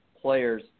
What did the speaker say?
players